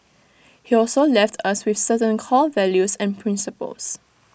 he also left us with certain core values and principles